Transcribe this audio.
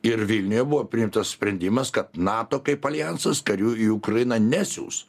ir vilniuje buvo priimtas sprendimas kad nato kaip aljansas karių į ukrainą nesiųs